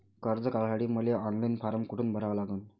कर्ज काढासाठी मले ऑनलाईन फारम कोठून भरावा लागन?